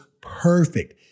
perfect